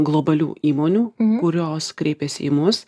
globalių įmonių kurios kreipėsi į mus